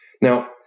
Now